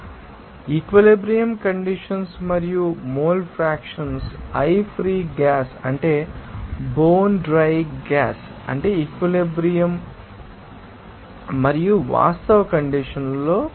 అదనపు మరియు equilibrium conditions మరియు ఇది mole fraction I free gas అంటే బోన్ డ్రై గ్యాస్ అంటే ఈక్విలిబ్రియం త మరియు వాస్తవ కండిషన్స్ లో